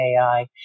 AI